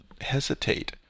hesitate